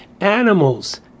animals